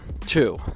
Two